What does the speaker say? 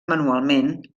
manualment